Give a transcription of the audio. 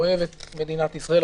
אוהב את מדינת ישראל.